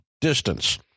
distance